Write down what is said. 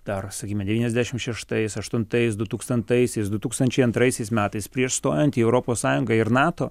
dar sakykime devyniasdešimt šeštais aštuntais du tūkstantais du tūkstančiai antraisiais metais prieš stojant į europos sąjungą ir nato